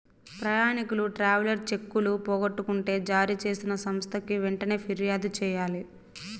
ప్రయాణికులు ట్రావెలర్ చెక్కులు పోగొట్టుకుంటే జారీ చేసిన సంస్థకి వెంటనే ఫిర్యాదు చెయ్యాలి